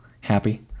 Happy